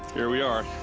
here we are.